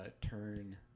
turn